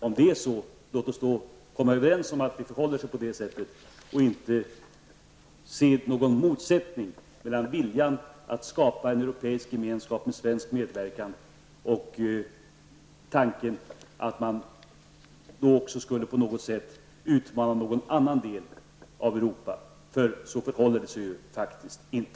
Om det är så, låt oss då komma överens om att vi förhåller oss på det sättet och inte ser någon motsättning mellan viljan att skapa en europeisk gemenskap med svensk medverkan och tanken att man då på något sätt skulle utmana någon annan del av Europa. Så förhåller det sig faktiskt inte.